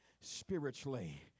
spiritually